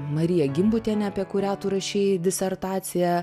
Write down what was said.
marija gimbutiene apie kurią tu rašei disertaciją